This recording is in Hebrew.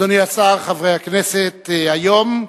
אדוני השר, חברי הכנסת, היום,